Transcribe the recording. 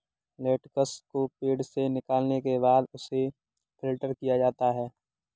latex को पेड़ से निकालने के बाद उसे फ़िल्टर किया जाता है